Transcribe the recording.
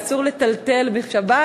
שאסור לטלטל בשבת,